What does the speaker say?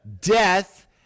death